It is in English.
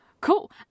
cool